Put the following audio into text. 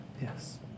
Yes